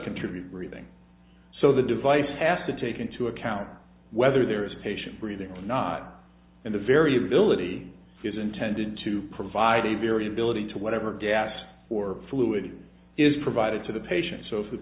contribute breathing so the device has to take into account whether there is a patient breathing or not and the variability is intended to provide a variability to whatever dast or fluid is provided to the patient so